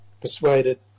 persuaded